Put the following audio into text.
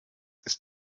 ist